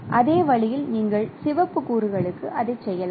அதே வழியில் நீங்கள் சிவப்பு கூறுகளுக்கு அதை செய்யலாம்